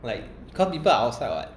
like cause people are outside what